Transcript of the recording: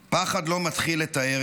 פחד לא מתחיל לתאר את ההרגשה.